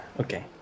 okay